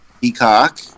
Peacock